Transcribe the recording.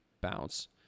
bounce